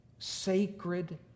Sacred